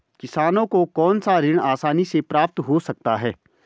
किसानों को कौनसा ऋण आसानी से प्राप्त हो सकता है?